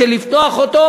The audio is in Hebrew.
לפתוח אותו,